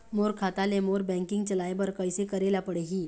मोर खाता ले मोर बैंकिंग चलाए बर कइसे करेला पढ़ही?